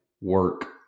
work